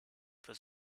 für